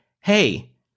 hey